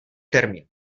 termín